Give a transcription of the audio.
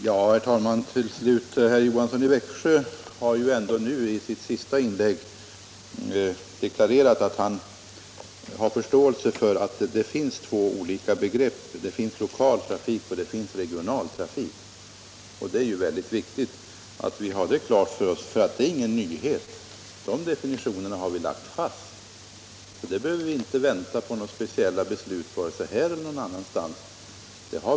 Herr talman! Herr Johansson i Växjö har ju ändå i sitt senaste inlägg deklarerat att han har förståelse för att det finns olika begrepp — lokal trafik och regional trafik. Det är mycket viktigt att vi har det klart för oss. Det är ingen nyhet, de definitionerna har vi lagt fast, och vi behöver inte vänta på några speciella beslut vare sig här eller någon annanstans.